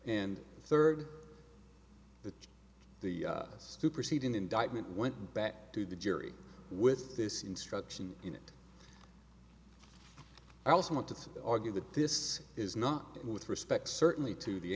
and third the us superseding indictment went back to the jury with this instruction in it i also want to argue that this is not with respect certainly to the